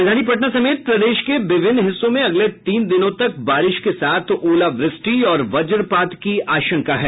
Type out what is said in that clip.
राजधानी पटना समेत प्रदेश के विभिन्न हिस्सों में अगले तीन दिनों तक बारिश के साथ ओलावृष्टि और वज्रपात की आशंका है